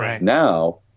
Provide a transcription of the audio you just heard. Now